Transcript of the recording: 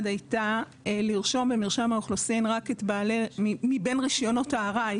הייתה לרשום במרשם האוכלוסין מבין רישיונות הארעי